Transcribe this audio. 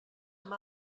amb